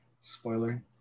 spoiler